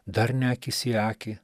dar ne akis į akį